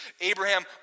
Abraham